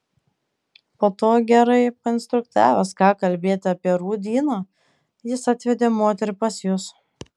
po to gerai painstruktavęs ką kalbėti apie rūdyną jis atvedė moterį pas jus